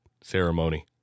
ceremony